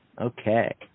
Okay